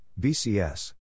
BCS